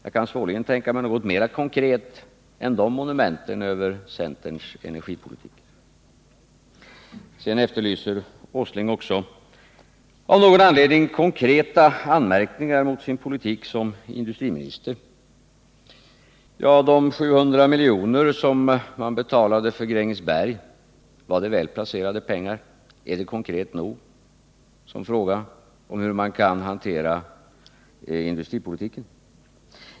Jag kan svårligen tänka mig något mera konkret än de monumenten över centerns energipolitik. Vidare efterlyste Nils Åsling också av någon anledning konkreta anmärkningar mot sin politik som industriminister. Ja, var de 700 milj.kr. som man betalade för Grängesbergsbolaget väl placerade pengar? Är det en tillräckligt konkret fråga vad beträffar hanteringen av industripolitiken?